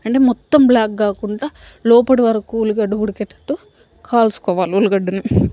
అంటే మొత్తం బ్లాక్ కాకుండా లోపటి వరకు ఉల్లిగడ్డ ఉడికేటట్టు కాల్చుకోవాలి ఉల్లిగడ్డను